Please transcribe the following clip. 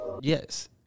Yes